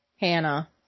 Hannah